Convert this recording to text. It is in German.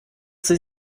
sie